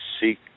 seek